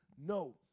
No